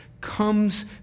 comes